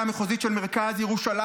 לאחד מהתפקידים הכי רגישים,